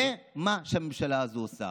זה מה שהממשלה הזו עושה,